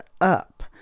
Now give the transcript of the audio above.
up